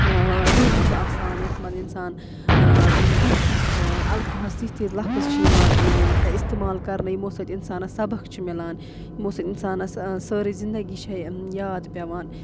روہہِ چھِ آسان یَتھ منٛز اِنسان تِتھۍ تِتھۍ اَلفاظ تِتھۍ تِتھۍ لفظ چھِ یِوان اِستعمال کَرنہٕ یِمو سۭتۍ اِنسانَس سَبَق چھُ میِلان یِمو سۭتۍ اِنسانَس سٲرٕے زِنٛدگی چھےٚ یاد پٮ۪وان